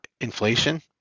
inflation